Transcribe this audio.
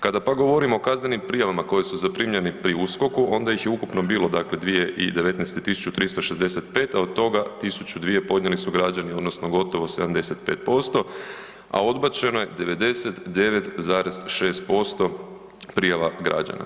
Kada pak govorimo o kaznenim prijavama koje su zaprimljeni pri USKOK-u, onda je ih je ukupno bilo dakle 2019. 1365 a od toga 1102 podnijeli su građani odnosno gotovo 75% a odbačeno je 99,6% prijava građana.